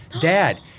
Dad